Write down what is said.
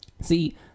See